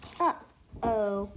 Uh-oh